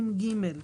ב(2)(ג),